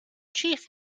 chief